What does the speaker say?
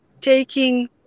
taking